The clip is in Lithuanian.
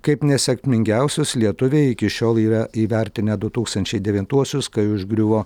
kaip nesėkmingiausius lietuviai iki šiol yra įvertinę du tūkstančiai devintuosius kai užgriuvo